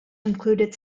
included